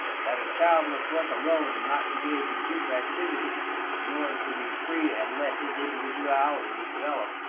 that a child must work alone and not engage in group activities in order to be free and let his individuality develop,